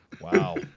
Wow